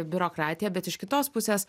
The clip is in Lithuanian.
biurokratiją bet iš kitos pusės